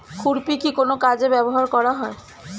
খুরপি কি কোন কাজে ব্যবহার করা হয়?